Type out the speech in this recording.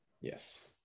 yes